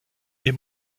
est